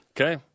Okay